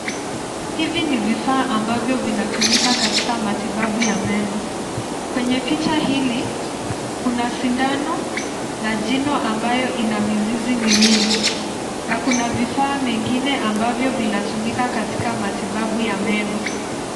Hivi ni vifaa ambavyo vinatumika katika matibabu ya meno. Kwenye picha hili, kuna sindano na jino ambayo ina mizizi miwili na kuna vifaa mengine ambavyo vinatumika katika matibabu ya meno.